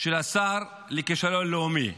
של השר לכישלון לאומי.